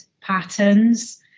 patterns